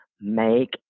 Make